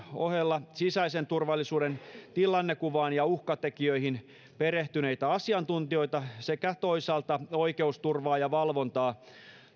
ohella sisäisen turvallisuuden tilannekuvaan ja uhkatekijöihin perehtyneitä asiantuntijoita sekä toisaalta oikeusturvaa ja valvontaa